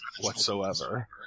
whatsoever